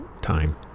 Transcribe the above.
time